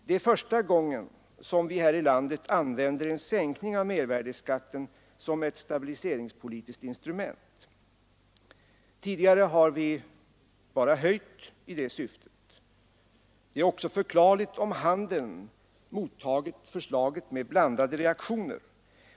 Det är första gången som vi här i landet använder en sänkning av mervärdeskatten som ett stabiliseringspolitiskt instrument. Tidigare har vi bara höjt i det syftet. Det är också förklarligt om handeln mottagit förslaget med blandade reaktioner.